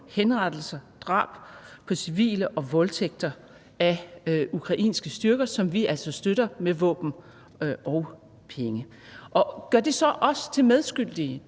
voldtægter, drab på civile af ukrainske styrker, som vi altså støtter med våben og penge. Og gør det så os til medskyldige?